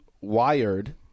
Wired